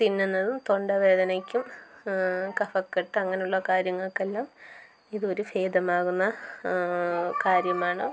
തിന്നുന്നതും തൊണ്ടവേദനയ്ക്കും കഫകെട്ട് അങ്ങനെയുള്ള കാര്യങ്ങൾക്കെല്ലാം ഇതൊരു ഫേദമാകുന്ന കാര്യമാണ്